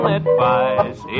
advice